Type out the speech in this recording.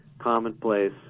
commonplace